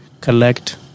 collect